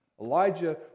Elijah